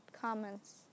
comments